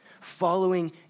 following